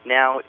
Now